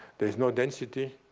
there is no density.